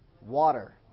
Water